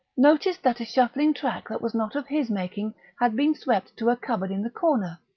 noticed that a shuffling track that was not of his making had been swept to a cupboard in the corner.